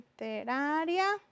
Literaria